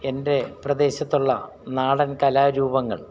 എൻ്റെ പ്രദേശത്തുള്ള നാടൻ കലാരൂപങ്ങൾ